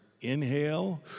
inhale